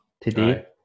today